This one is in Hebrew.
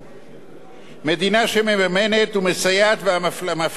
מדינה שמממנת ומסייעת ומפלה אתכם לטובה,